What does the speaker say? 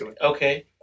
Okay